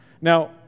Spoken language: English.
Now